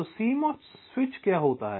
तो CMOS switch क्या है